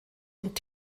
und